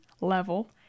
level